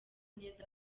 neza